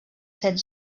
set